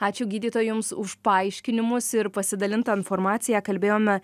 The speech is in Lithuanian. ačiū gydytoja jums už paaiškinimus ir pasidalintą informaciją kalbėjome